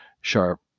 sharp